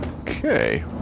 Okay